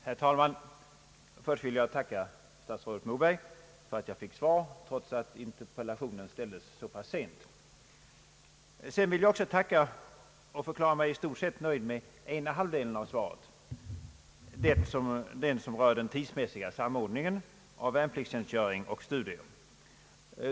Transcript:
Herr talman! Först vill jag tacka statsrådet Moberg för att jag fick svar trots att interpellationen framställdes så pass sent. Sedan vill jag också tacka och förklara mig i stort sett nöjd med den del av svaret som rör den tidsmässiga samordningen av värnpliktstjänstgöring och studier.